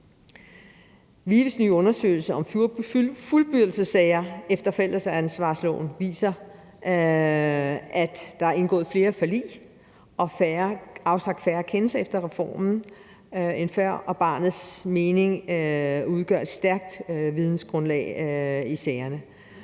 VIVE's nye undersøgelse om fuldbyrdelsessager efter forældreansvarsloven viser, at der er indgået flere forlig og afsagt færre kendelser efter reformen end før, og at barnets mening udgør et stærkt vidensgrundlag i sagerne,